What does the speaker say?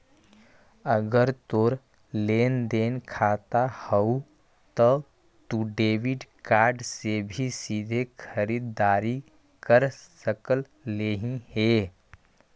अगर तोर लेन देन खाता हउ त तू डेबिट कार्ड से भी सीधे खरीददारी कर सकलहिं हे